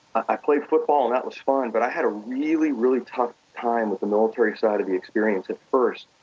i played football and that was fun, but i had a really, really tough time with the military side of the experience at first.